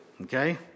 Okay